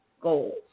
goals